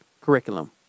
curriculum